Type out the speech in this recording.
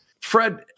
Fred